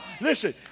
Listen